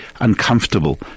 uncomfortable